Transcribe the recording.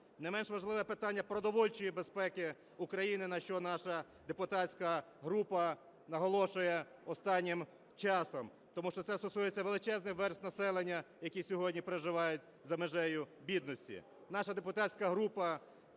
Не менш важливе питання продовольчої безпеки України, на що наша депутатська група наголошує останнім часом, тому що це стосується величезної верстви населення, які сьогодні проживають за межею бідності.